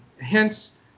hence